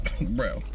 Bro